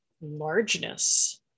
largeness